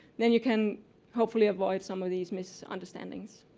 then you can hopefully avoid some of these misunderstandings.